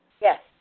Yes